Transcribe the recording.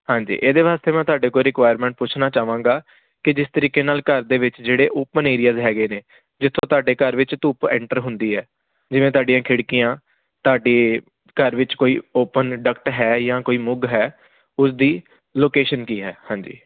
ਹਾਂਜੀ ਇਹਦੇ ਵਾਸਤੇ ਮੈਂ ਤੁਹਾਡੇ ਕੋਲ ਰਿਕੁਆਇਰਮੈਂਟ ਪੁੱਛਣਾ ਚਾਹਾਂਗਾ ਕਿ ਜਿਸ ਤਰੀਕੇ ਨਾਲ ਘਰ ਦੇ ਵਿੱਚ ਜਿਹੜੇ ਓਪਨ ਏਰੀਆਜ ਹੈਗੇ ਨੇ ਜਿੱਥੋਂ ਤੁਹਾਡੇ ਘਰ ਵਿੱਚ ਧੁੱਪ ਐਂਟਰ ਹੁੰਦੀ ਹੈ ਜਿਵੇਂ ਤੁਹਾਡੀਆਂ ਖਿੜਕੀਆਂ ਤੁਹਾਡੇ ਘਰ ਵਿੱਚ ਕੋਈ ਓਪਨ ਡੱਕਟ ਹੈ ਜਾਂ ਕੋਈ ਮੁੱਗ ਹੈ ਉਸਦੀ ਲੋਕੇਸ਼ਨ ਕੀ ਹੈ ਹਾਂਜੀ